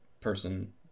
person